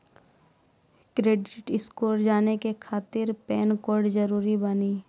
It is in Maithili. क्रेडिट स्कोर जाने के खातिर पैन कार्ड जरूरी बानी?